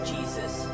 Jesus